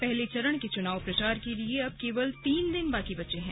पहले चरण के चुनाव प्रचार के लिए अब केवल तीन दिन बाकी बचे हैं